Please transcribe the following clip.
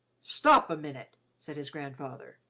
stop a minute! said his grandfather.